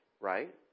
right